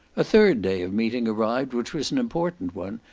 a third day of meeting arrived, which was an important one,